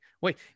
wait